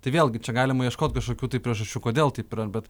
tai vėlgi čia galima ieškoti kažkokių priežasčių kodėl taip yra bet